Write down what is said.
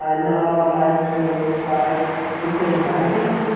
ah not all biofuel provide the same benefit.